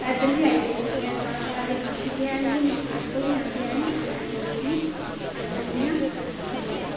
पैदल बी आई जाई सकने आं साढ़ा घर ते कश गै ऐ लेकिन आटो बी आंदे हैन अस ऐटो बिच्च बी आई सकने आं ते